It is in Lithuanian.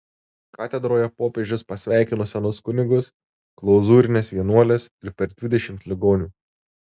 katedroje popiežius pasveikino senus kunigus klauzūrines vienuoles ir per dvidešimt ligonių